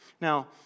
Now